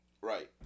Right